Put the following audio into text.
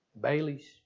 Bailey's